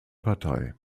partei